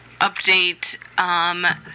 update